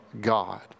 God